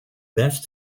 best